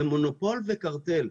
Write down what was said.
זה מונופול וקרטל.